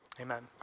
amen